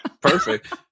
Perfect